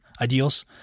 ideals